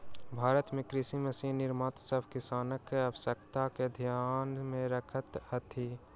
भारत मे कृषि मशीन निर्माता सभ किसानक आवश्यकता के ध्यान मे रखैत छथि